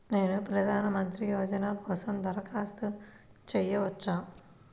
నేను ప్రధాన మంత్రి యోజన కోసం దరఖాస్తు చేయవచ్చా?